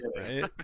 Right